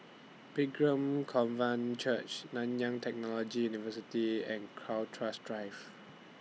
Pilgrim Covenant Church Nanyang Technology University and Crowhurst Drive